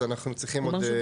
אז אנחנו צריכים עוד.